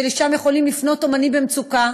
ולשם יכולים לפנות אמנים במצוקה